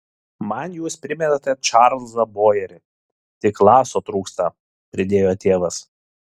man jūs primenate čarlzą bojerį tik laso trūksta pridėjo tėvas